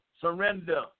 surrender